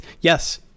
Yes